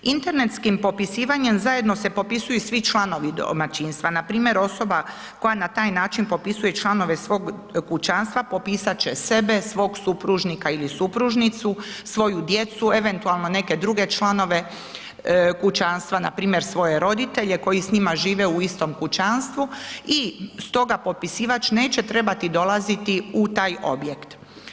Internetskim popisivanjem zajedno se popisuju svi članovi domaćinstva npr. osoba koja na taj način popisuje članove svog kućanstva popisat će sebe, svog supružnika ili supružnicu, svoju djecu, eventualno neke druge članove kućanstva npr. svoje roditelje koji s njima žive u istom kućanstvu i stoga popisivač neće trebati dolaziti u taj objekt.